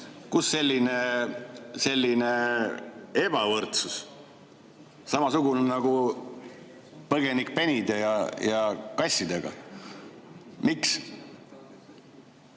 Kust selline ebavõrdsus, samasugune nagu põgenikpenide ja -kassidega. Miks?